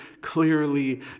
clearly